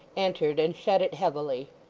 entered, and shut it heavily.